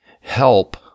help